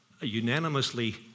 unanimously